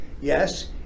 Yes